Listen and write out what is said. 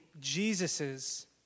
Jesus's